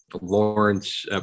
Lawrence